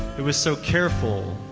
it was so careful,